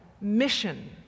mission